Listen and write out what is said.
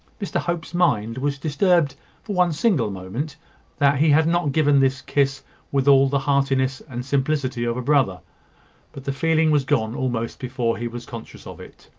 mr hope's mind was disturbed for one single moment that he had not given this kiss with all the heartiness and simplicity of a brother but the feeling was gone almost before he was conscious of it.